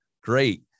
Great